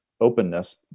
openness